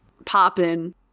popping